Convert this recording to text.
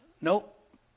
Nope